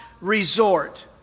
resort